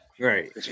right